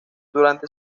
durante